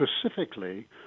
specifically